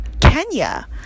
Kenya